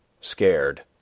scared